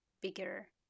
bigger